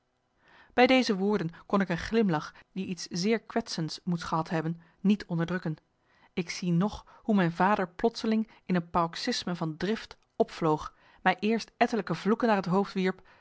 bij deze woorden kon ik een glimlach die iets zeer kwetsends moet gehad hebben niet onderdrukken ik zie nog hoe mijn vader plotseling in een paroxysme van drift opvloog mij eerst ettelijke vloeken naar het hoofd wierp